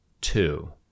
two